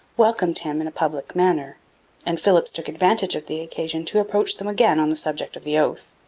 welcomed him in a public manner and philipps took advantage of the occasion to approach them again on the subject of the oath.